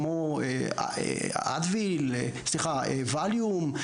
כמו ווליום,